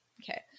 Okay